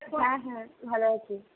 হ্যাঁ হ্যাঁ ভালো আছি